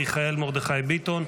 מיכאל מרדכי ביטון,